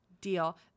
deal